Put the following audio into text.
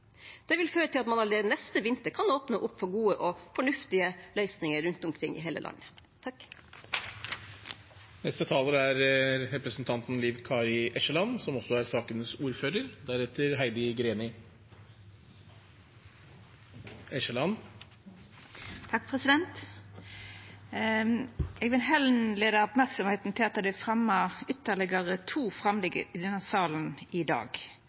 Det vil føre til at man allerede neste vinter kan åpne opp for gode og fornuftige løsninger rundt omkring i hele landet. Eg vil retta merksemda mot at det er sett fram ytterlegare to framlegg i denne salen i dag.